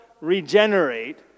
regenerate